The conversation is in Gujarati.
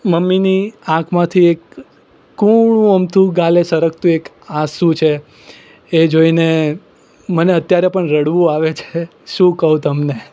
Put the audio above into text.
મમ્મીની આંખમાથી એક કૂણું અમથું ગાલે સરકતું એક આંસુ છે એ જોઈને મને અત્યારે પણ રડવું આવે છે શું કહું તમને